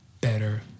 better